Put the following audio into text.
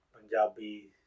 Punjabi